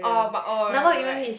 orh but orh right right right